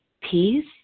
peace